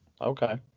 Okay